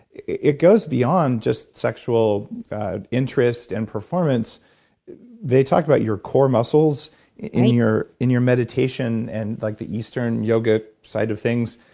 it goes beyond just sexual interest and performance they talk about your core muscles in your in your meditation and like the eastern yoga side of things.